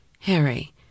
Harry